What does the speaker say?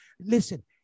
Listen